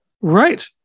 Right